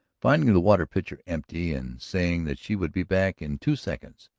finding the water-pitcher empty and saying that she would be back in two seconds,